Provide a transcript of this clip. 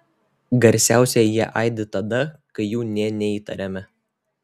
garsiausiai jie aidi tada kai jų nė neįtariame